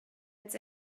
it’s